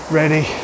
ready